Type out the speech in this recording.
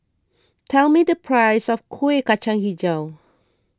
tell me the price of Kuih Kacang HiJau